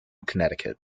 connecticut